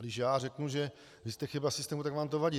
A když já řeknu, že vy jste chyba systému, tak vám to vadí!